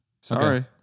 Sorry